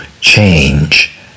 change